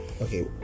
Okay